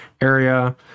area